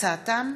דב חנין,